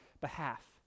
behalf